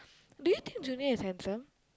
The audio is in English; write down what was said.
do you think Junior is handsome